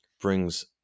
brings